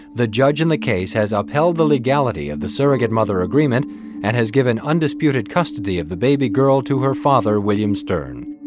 the judge in the case has upheld the legality of the surrogate mother agreement and has given undisputed custody of the baby girl to her father, william stern